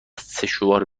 سشوار